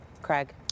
Craig